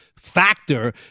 factor